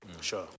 Sure